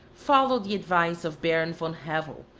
follow the advice of baron von hevel,